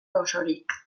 osorik